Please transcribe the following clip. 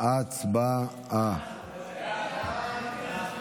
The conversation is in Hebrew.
אושרה בקריאה